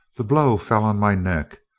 the blow fell on my neck,